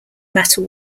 matter